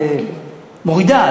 מורידה,